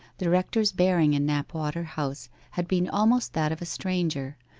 the rector's bearing in knapwater house had been almost that of a stranger,